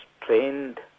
trained